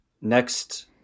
Next